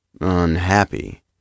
Unhappy